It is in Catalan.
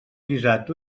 guisat